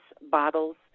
bottles